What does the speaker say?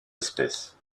espèces